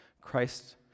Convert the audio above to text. Christ